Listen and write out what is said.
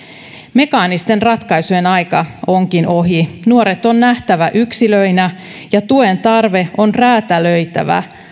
mekaanisten ratkaisujen aika onkin ohi nuoret on nähtävä yksilöinä ja tuen tarve on räätälöitävä